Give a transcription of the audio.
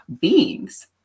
beings